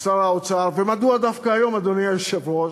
שר האוצר, ומדוע דווקא היום, אדוני היושב-ראש?